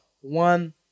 one